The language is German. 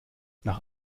nach